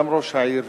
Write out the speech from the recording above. גם ראש העיר,